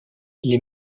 les